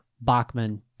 Bachman